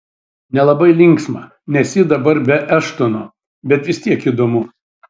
nelabai linksma nes ji dabar be eštono bet vis tiek įdomu